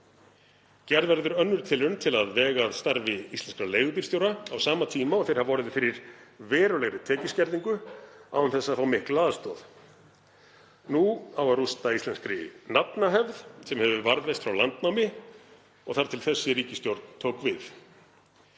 Gerð verður önnur tilraun til að vega að starfi íslenskrar leigubílstjóra á sama tíma og þeir hafa orðið fyrir verulegri tekjuskerðingu án þess að fá mikla aðstoð. Nú á að rústa íslenskri nafnahefð sem hefur varðveist frá landnámi og þar til þessi ríkisstjórn tók við.